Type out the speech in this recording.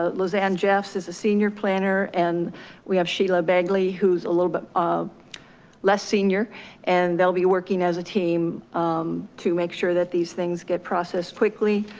ah roseanne jeff's is a senior planner. and we have sheila bagley who's a little bit um less senior and they'll be working as a team to make sure that these things get processed quickly.